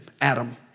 Adam